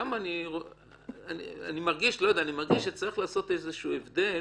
אני מרגיש שצריך לעשות הבדל